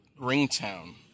ringtone